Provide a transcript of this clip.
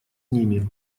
ними